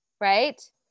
right